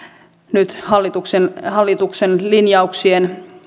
nyt hallituksen hallituksen linjauksien